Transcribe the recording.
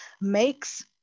makes